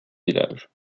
village